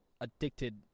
addicted